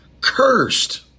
cursed